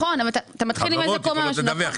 חברות יכולות לדווח.